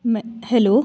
मैं हेलो